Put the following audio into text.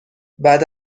بعد